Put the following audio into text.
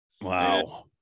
Wow